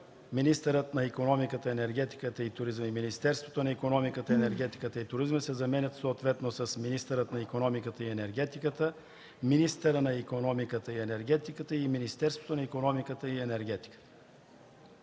„министъра на икономиката, енергетиката и туризма” и „Министерството на икономиката, енергетиката и туризма” се заменят съответно със „министърът на икономиката и енергетиката”, „министъра на икономиката и енергетиката” и „Министерството на икономиката и енергетиката”.”